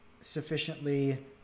sufficiently